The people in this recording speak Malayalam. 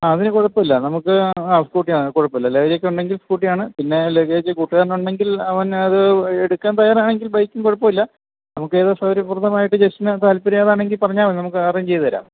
ആ അതിനു കുഴപ്പമില്ല നമുക്ക് ആ സ്കൂട്ട്യാണ് കുഴപ്പമില്ല ലഗേജൊക്കെ ഉണ്ടെങ്കിൽ സ്കൂട്ട്യാണ് പിന്നെ ലഗേജ് കൂട്ടുകാരനുണ്ടെങ്കിൽ അവൻ അത് എടുക്കാൻ തയ്യാറാണെങ്കിൽ ബൈക്കും കുഴപ്പമില്ല നമുക്ക് ഏതാണ് സൗകാര്യപ്രദമായിട്ട് ജസ്റ്റിന് താല്പര്യം അതാണെങ്കിൽ പറഞ്ഞാൽ മതി നമുക്ക് അറേഞ്ച് ചെയ്ത് തരാം